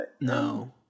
No